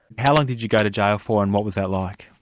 how long did you go to jail for, and what was that like?